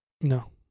No